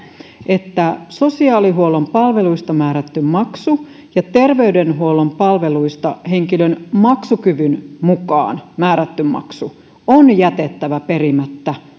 että sosiaalihuollon palveluista määrätty maksu ja terveydenhuollon palveluista henkilön maksukyvyn mukaan määrätty maksu on jätettävä perimättä